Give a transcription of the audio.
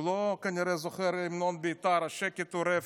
הוא כנראה לא זוכר את המנון בית"ר: שקט הוא רפש,